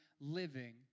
living